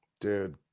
Dude